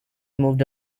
moved